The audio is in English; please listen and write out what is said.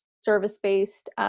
service-based